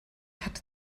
hatte